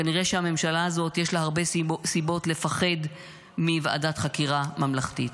כנראה שלממשלה הזאת יש הרבה סיבות לפחד מוועדת חקירה ממלכתית.